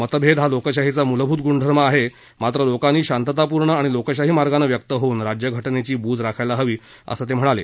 मतभेद हा लोकशाहीचा मुलभूत गुणधर्म आहे मात्र लोकांनी शांततापूर्ण आणि लोकशाही मार्गानं व्यक्त होऊन राज्यघटनेची बूज राखायला हवी असं ते म्हणाले